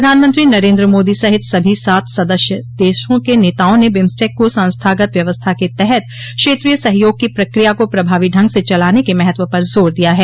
प्रधानमंत्री नरेन्द्र मोदी सहित सभी सात सदस्य देशों के नेताओं ने बिम्सटेक को संस्थागत व्यवस्था के तहत क्षेत्रीय सहयोग की प्रक्रिया को प्रभावी ढंग से चलाने के महत्व पर जोर दिया है